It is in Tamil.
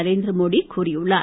நரேந்திரமோடி கூறியுள்ளார்